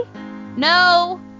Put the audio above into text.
no